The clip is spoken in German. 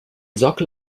sockel